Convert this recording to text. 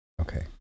Okay